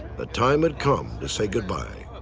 the time had come to say goodbye.